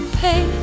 pay